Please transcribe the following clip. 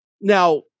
now